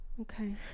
Okay